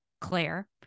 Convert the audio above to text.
Claire